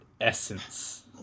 essence